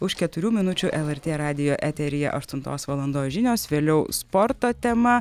už keturių minučių lrt radijo eteryje aštuntos valandos žinios vėliau sporto tema